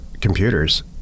computers